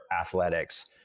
athletics